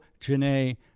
Janae